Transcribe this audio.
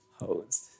hosed